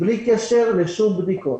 בלי קשר לבדיקות.